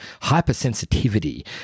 hypersensitivity